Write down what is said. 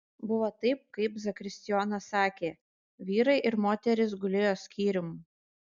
buvo taip kaip zakristijonas sakė vyrai ir moterys gulėjo skyrium